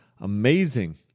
amazing